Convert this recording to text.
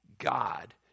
God